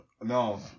No